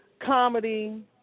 comedy